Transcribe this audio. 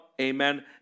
Amen